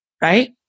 right